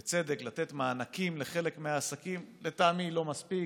בצדק, לתת מענקים לחלק מהעסקים, לטעמי לא מספיק,